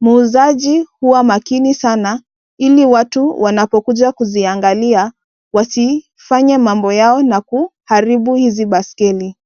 Muuzaji hua makini sana ili watu wanapokuja kuziangalia wasifanye mabo yao na kuharibu hizi baiskeli.